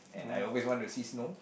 and I always want to see snow